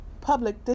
public